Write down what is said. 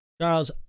Charles